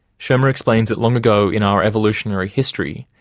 shermer explains that long ago in our evolutionary history,